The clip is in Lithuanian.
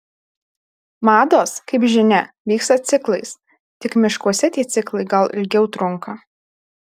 mados kaip žinia vyksta ciklais tik miškuose tie ciklai gal ilgiau trunka